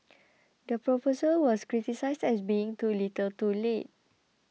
the proposal was criticised as being too little too late